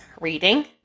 reading